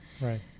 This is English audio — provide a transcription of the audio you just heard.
Right